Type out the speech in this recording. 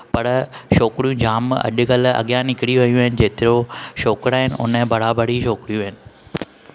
पर छोकिरियूं जामु अॼुकल्ह अॻियां निकिरी वयूं आहिनि जेतिरो छोकिरा आहिनि हुन जे बराबरु ई छोकिरियूं आहिनि